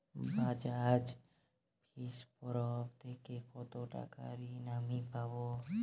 বাজাজ ফিন্সেরভ থেকে কতো টাকা ঋণ আমি পাবো?